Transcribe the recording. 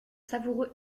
savoureux